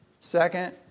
Second